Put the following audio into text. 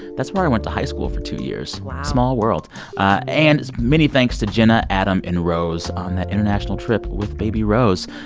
that's where i went to high school for two years wow small world and many thanks to jenna, adam and rose on that international trip with baby rose.